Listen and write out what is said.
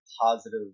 positive